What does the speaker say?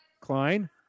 Klein